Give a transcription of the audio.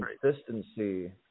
consistency